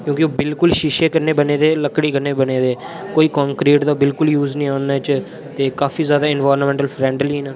क्युंकी ओह् बिल्कुल शीशे कन्नै बने दे लकड़ी कन्नै बने दे कोई कंक्रीट दा बिल्कुल यूस नेईं उंदे च ते काफी ज्यादा एनवायरनमेंट फ्रेंडली न